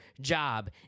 job